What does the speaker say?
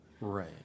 Right